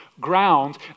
ground